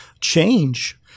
change